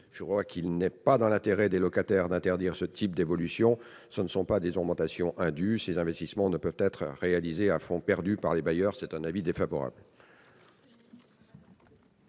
Je crois qu'il n'est pas dans l'intérêt des locataires d'interdire ce type d'évolution. Ce ne sont pas des augmentations indues et ces investissements ne peuvent pas être réalisés à fonds perdu par les bailleurs. La commission